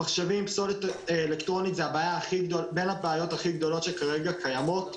מחשבים ופסולת אלקטרונית הם בין הבעיות הכי גדולות שכרגע קיימות.